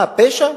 מה, פשע?